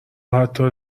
حتی